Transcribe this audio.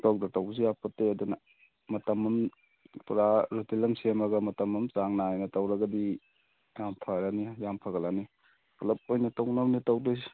ꯄꯪꯇꯧꯗ ꯇꯧꯕꯁꯨ ꯌꯥꯕ ꯄꯣꯠ ꯅꯠꯇꯦ ꯑꯗꯨꯅ ꯃꯇꯝ ꯑꯃ ꯄꯨꯔꯥ ꯔꯨꯇꯤꯟ ꯑꯃ ꯁꯦꯝꯃꯒ ꯃꯇꯝ ꯑꯃ ꯆꯥꯡ ꯅꯥꯏꯅ ꯇꯧꯔꯒꯗꯤ ꯌꯥꯝ ꯐꯔꯅꯤ ꯌꯥꯝ ꯐꯒꯠꯂꯅꯤ ꯄꯨꯂꯞ ꯑꯣꯏꯅ ꯇꯧꯅꯕꯅꯤ ꯇꯧꯒꯗꯣꯏꯁꯦ